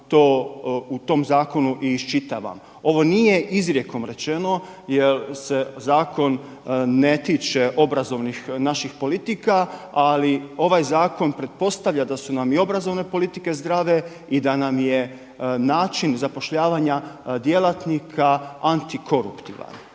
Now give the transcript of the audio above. to, u tom zakonu i iščitavam. Ovo nije izrijekom rečeno jer se zakon ne tiče obrazovnih naših politika, ali ovaj zakon pretpostavlja da su nam i obrazovne politike zdrave i da nam je način zapošljavanja djelatnika antikoruptivan.